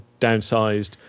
downsized